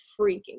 freaking